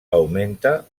augmenta